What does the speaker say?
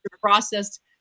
processed